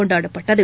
கொண்டாடப்பட்டது